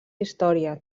història